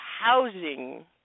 housing